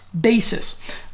basis